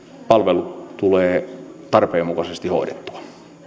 palvelut tulevat tarpeen mukaisesti hoidettua